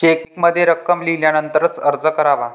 चेकमध्ये रक्कम लिहिल्यानंतरच अर्ज करावा